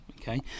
okay